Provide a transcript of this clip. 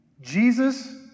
Jesus